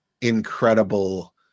incredible